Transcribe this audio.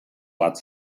bat